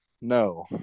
No